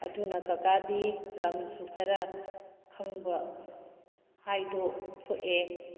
ꯑꯗꯨꯅ ꯀꯥꯀꯗꯤ ꯂꯝꯁꯨ ꯈꯔ ꯈꯪꯕ ꯍꯥꯏꯗꯣ ꯊꯣꯛꯑꯦ